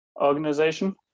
organization